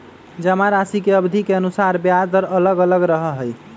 जमाराशि के अवधि के अनुसार ब्याज दर अलग अलग रहा हई